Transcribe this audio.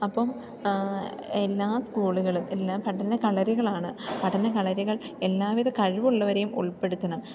അപ്പം എല്ലാ സ്കൂളുകളും എല്ലാ പഠന കളരികളാണ് പഠന കളരികൾ എല്ലാ വിധ കഴിവുള്ളവരെയും ഉൾപ്പെടുത്തണം